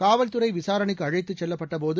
காவல்துறை விசாரணைக்கு அழைத்துச் செல்லப்பட்ட போது